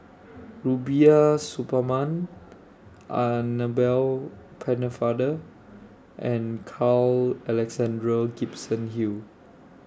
Rubiah Suparman Annabel Pennefather and Carl Alexander Gibson Hill